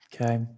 Okay